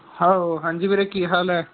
hello ਹਾਂਜੀ ਵੀਰੇ ਕੀ ਹਾਲ ਹੈ